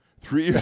three